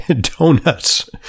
donuts